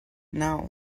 now